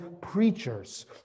preachers